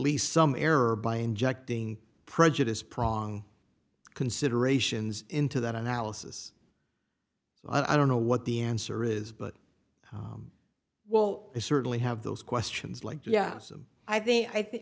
least some error by injecting prejudice prong considerations into that analysis i don't know what the answer is but well they certainly have those questions like yes i'm i think i